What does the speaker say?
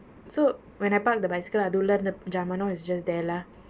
so when I parked the bicycle அது உள்ளை இருந்த ஜாமானும்:athu ullai iruntha jaamanum it's just there lah